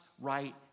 right